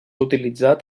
utilitzat